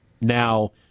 Now